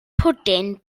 pwdin